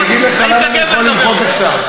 אני אגיד לך למה אני יכול למחוק עכשיו,